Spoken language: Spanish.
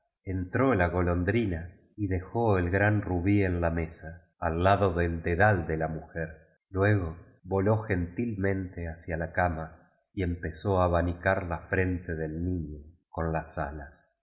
entró la golondrina y dejó el gran rubí en la mesa al lado del dedal de la mujer luego voló gentil mente hacia la cama y empezó a abanicar la jrente del niño con las alas